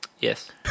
Yes